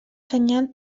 senyal